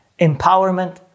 empowerment